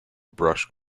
brush